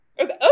Okay